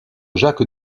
jacques